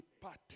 party